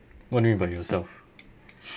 what do you mean by yourself